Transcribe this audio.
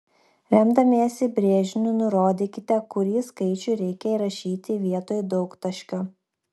remdamiesi brėžiniu nurodykite kurį skaičių reikia įrašyti vietoj daugtaškio